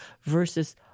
versus